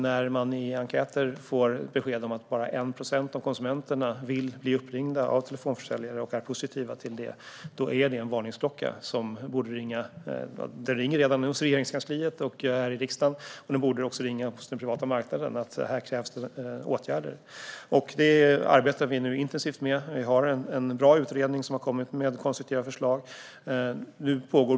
När man via enkäter får besked om att bara 1 procent av konsumenterna vill bli uppringda av telefonförsäljare och är positiva till detta är det en varningsklocka. Den ringer redan hos Regeringskansliet och riksdagen och borde också ringa hos den privata marknaden om att här krävs åtgärder. Vi arbetar intensivt med detta. Vi har en bra utredning som har kommit med konstruktiva förslag.